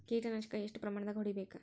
ಕೇಟ ನಾಶಕ ಎಷ್ಟ ಪ್ರಮಾಣದಾಗ್ ಹೊಡಿಬೇಕ?